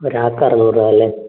ഒരാൾക്ക് അറുനൂറ് രൂപ അല്ലേ